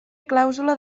clàusula